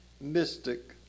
mystic